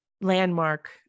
landmark